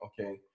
okay